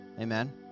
Amen